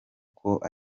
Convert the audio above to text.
koko